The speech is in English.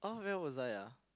oh where was I ah